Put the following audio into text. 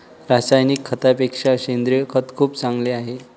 रासायनिक खतापेक्षा सेंद्रिय खत खूप चांगले आहे